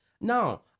Now